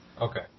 Okay